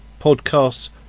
Podcasts